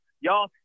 Y'all